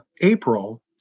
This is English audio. April